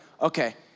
okay